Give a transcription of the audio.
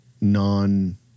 non